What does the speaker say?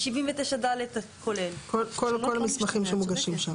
בעקבות שינוי רשימת המסמכים,